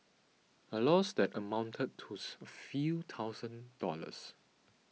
a loss that amounted to a few thousand dollars